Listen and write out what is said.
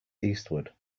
eastward